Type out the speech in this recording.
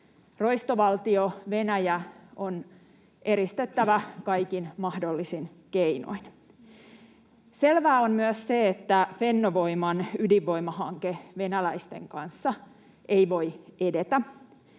Roistovaltio Venäjä on eristettävä kaikin mahdollisin keinoin. Selvää on myös se, että Fennovoiman ydinvoimahanke venäläisten kanssa ei voi edetä.